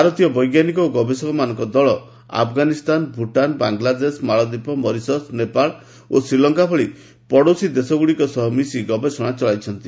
ଭାରତୀୟ ବୈଜ୍ଞାନିକ ଓ ଗବେଷକମାନଙ୍କ ଦଳ ଆଫ୍ଗାନିସ୍ତାନ ଭୂଟାନ ବାଙ୍ଗଲାଦେଶ ମାଳଦୀପ ମରିସସ୍ ନେପାଳ ଓ ଶ୍ରୀଲଙ୍କା ଭଳି ପଡ଼ୋଶୀ ଦେଶଗୁଡ଼ିକ ସହ ମିଶି ଗବେଷଣା ଚଳାଇଛନ୍ତି